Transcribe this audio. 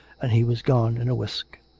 and he was gone in a whisk.